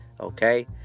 okay